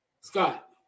Scott